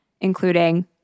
including